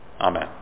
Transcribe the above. amen